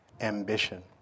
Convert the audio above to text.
ambition